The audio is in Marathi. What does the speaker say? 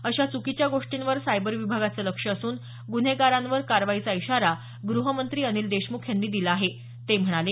अशा चुकीच्या गोष्टींवर सायबर विभागाचं लक्ष असून गुन्हेगारांवर कारवाईचा इशारा गृहमंत्री देशमुख यांनी दिला ते म्हणाले